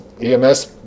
EMS